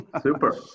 Super